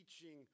teaching